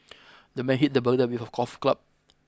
the man hit the burglar with a golf club